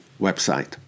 website